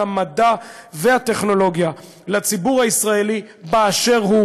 המדע והטכנולוגיה לציבור הישראלי באשר הוא,